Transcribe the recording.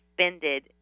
suspended